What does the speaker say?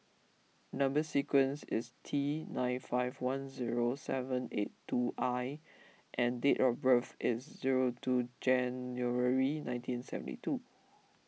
Number Sequence is T nine five one zero seven eight two I and date of birth is zero two January nineteen seventy two